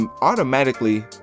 automatically